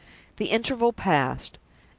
the interval passed.